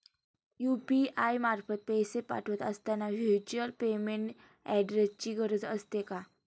UPI मार्फत पैसे पाठवत असताना व्हर्च्युअल पेमेंट ऍड्रेसची गरज असते का?